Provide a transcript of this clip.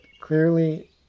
clearly